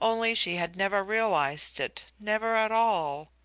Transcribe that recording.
only she had never realized it, never at all.